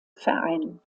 verein